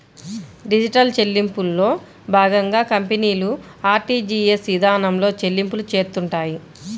digital చెల్లింపుల్లో భాగంగా కంపెనీలు ఆర్టీజీయస్ ఇదానంలో చెల్లింపులు చేత్తుంటాయి